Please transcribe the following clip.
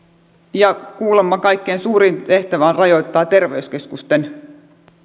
ja kuulemma kaikkein suurin tehtävä on rajoittaa terveyskeskusten